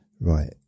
Right